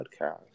podcast